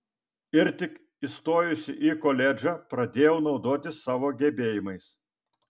ir tik įstojusi į koledžą pradėjau naudotis savo gebėjimais